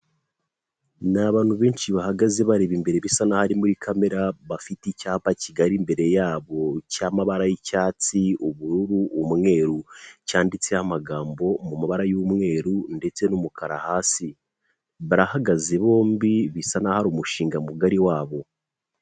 Ni abantu benshi bahagaze bareba imbere bisa n'aho ari muri kamera, bafite icyapa kigari imbere yabo cy'amabara y'icyatsi, ubururu, umweru, cyanditseho amagambo mu mabara y'umweru ndetse n'umukara, hasi barahagaze bombi bisa naho ari umushinga mugari wabo.